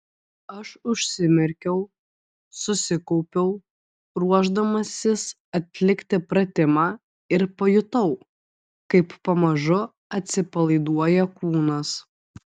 aš užsimerkiau susikaupiau ruošdamasis atlikti pratimą ir pajutau kaip pamažu atsipalaiduoja kūnas